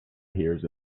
hears